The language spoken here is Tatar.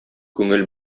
күңел